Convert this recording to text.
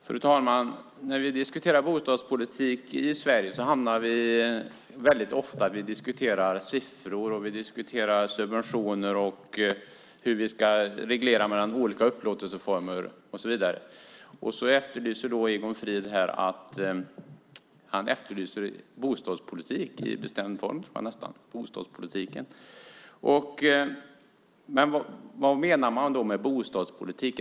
Fru talman! När vi diskuterar bostadspolitik i Sverige hamnar vi väldigt ofta i en diskussion om siffror, subventioner, hur vi ska reglera mellan olika upplåtelseformer och så vidare. Egon Frid efterlyser här bostadspolitik, nästan i bestämd form - bostadspolitiken. Vad menar man då med bostadspolitik?